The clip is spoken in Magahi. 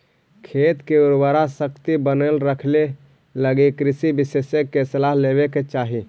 खेत के उर्वराशक्ति बनल रखेलगी कृषि विशेषज्ञ के सलाह लेवे के चाही